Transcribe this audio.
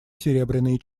серебряные